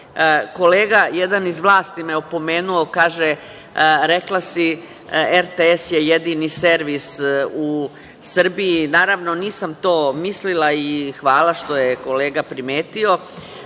Kolega jedan iz vlasti me je opomenuo. Kaže – rekla si RTS je jedini servis u Srbiji. Naravno, nisam to mislila i hvala što je kolega primetio.